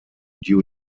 due